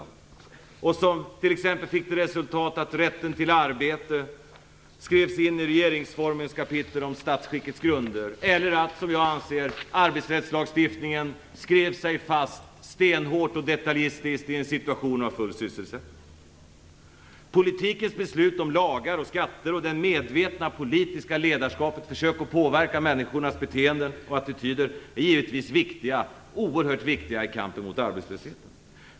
Det fick t.ex. till resultat att rätten till arbete skrevs in i regeringsformens kapitel om statsskickets grunder eller att, som jag anser, arbetsrättslagstiftningen skrev sig fast stenhårt och detaljistiskt i en situation av full sysselsättning. Politikens beslut om lagar och skatter och det medvetna politiska ledarskapets försök att påverka människornas beteenden och attityder är givetvis viktiga, oerhört viktiga, i kampen mot arbetslösheten.